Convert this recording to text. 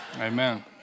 Amen